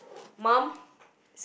mum